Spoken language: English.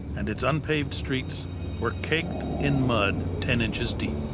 and its unpaved streets were caked in mud ten inches deep.